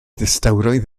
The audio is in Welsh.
distawrwydd